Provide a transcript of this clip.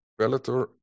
Bellator